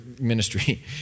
ministry